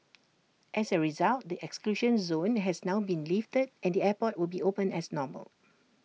as A result the exclusion zone has now been lifted and the airport will be open as normal